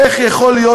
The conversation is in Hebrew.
איך יכול להיות,